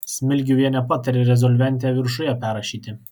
smilgiuvienė patarė rezolventę viršuje perrašyti